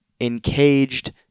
encaged